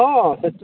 ହଁ ସେଠୁ